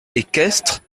équestre